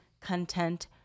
content